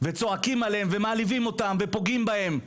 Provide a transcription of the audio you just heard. וצועקים עליהם ומעליבים אותם ופוגעים בהם.